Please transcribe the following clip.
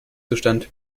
zustand